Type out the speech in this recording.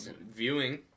viewing